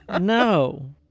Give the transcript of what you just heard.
No